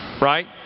Right